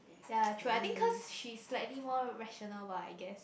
ya true I think cause she's slightly more rational bah I guess